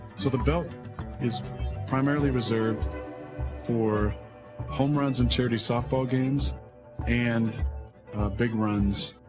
so the belt is primarily reserved for home runs in charity softball games and big runs.